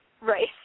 right